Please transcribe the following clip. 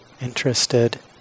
interested